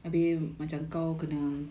mm mm